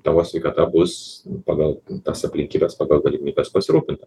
tavo sveikata bus pagal tas aplinkybes pagal galimybes pasirūpinta